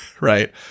right